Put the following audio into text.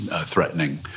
threatening